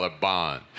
bond